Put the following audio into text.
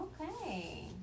Okay